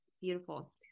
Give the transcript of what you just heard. Beautiful